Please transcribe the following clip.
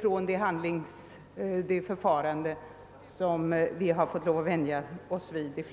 från vad vi under flera år har fått vänja oss vid.